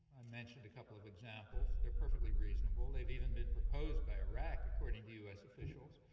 i mentioned a couple of examples. they're perfectly reasonable. they've even been proposed by iraq, according to us officials.